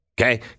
Okay